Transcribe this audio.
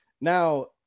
Now